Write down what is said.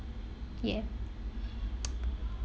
yeah